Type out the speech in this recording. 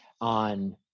on